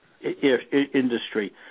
industry